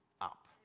up